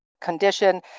condition